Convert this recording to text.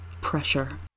pressure